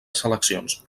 seleccions